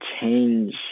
change